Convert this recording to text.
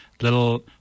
little